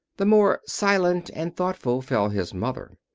the more silent and thoughtful fell his mother.